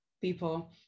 people